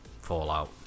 Fallout